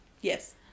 yes